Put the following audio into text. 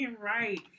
Right